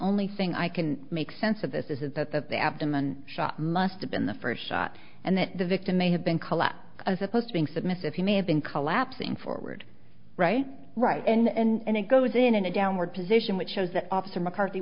only thing i can make sense of is this is that the abdomen shot must have been the first shot and that the victim may have been collapsed as opposed to being submissive he may have been collapsing forward right right and it goes in a downward position which shows that officer mccarthy